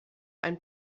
ein